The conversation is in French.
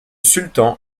sultan